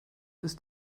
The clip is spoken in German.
ist